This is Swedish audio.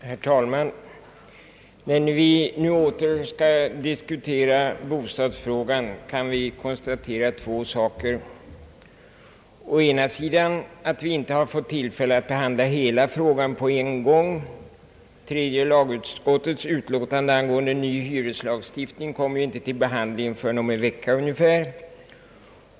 Herr talman! När vi nu åter skall diskutera bostadsfrågan, kan vi konstatera två saker. Dels har vi inte fått tillfälle att behandla hela frågan på en gång. Tredje lagutskottets utlåtande angående ny hyreslagstiftning kommer inte att behandlas förrän om ungefär en vecka.